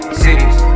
cities